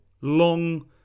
Long